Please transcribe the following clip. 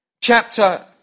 Chapter